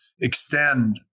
extend